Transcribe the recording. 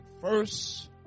First